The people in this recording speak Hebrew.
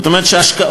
זאת אומרת שההשקעות,